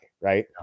right